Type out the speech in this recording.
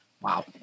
Wow